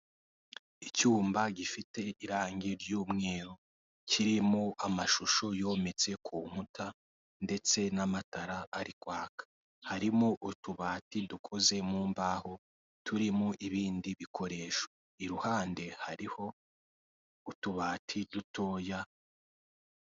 Icyuma gifite irangi ry'umweru kiririmo amashusho yometse ku nkuta ndetse n'amatara ari kwaka harimo utubati dukoze mu mbaho turi mu ibindi bikoresho iruhande hariho utubati dutoya.